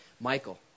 Michael